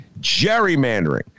gerrymandering